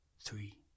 three